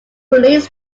police